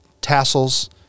tassels